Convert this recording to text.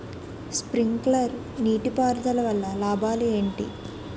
Sprinkler నీటిపారుదల వల్ల లాభాలు ఏంటి?